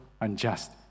unjust